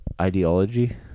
ideology